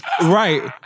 Right